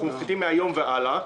אנחנו מפחיתים מהיום והלאה,